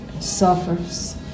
suffers